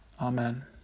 Amen